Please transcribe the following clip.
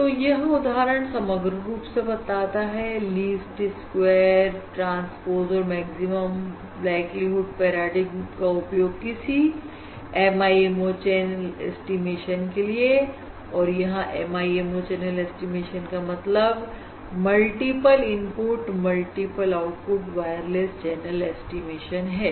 तो यह उदाहरण समग्र रूप से बताता है लीस्ट स्क्वेयर ट्रांसपोज और मैक्सिमम लाइक्लीहुड पैराडिग्मा का उपयोग किसी MIMO चैनल ऐस्टीमेशन के लिए और यहां MIMO चैनल ऐस्टीमेशन का मतलब multiple input multiple output wireless channel estimation है